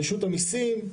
רשות המיסים,